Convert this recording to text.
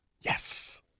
Yes